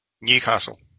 Newcastle